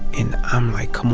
and i'm like, um